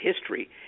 history